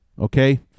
okay